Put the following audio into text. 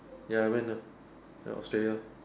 ya I went uh Australia